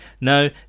No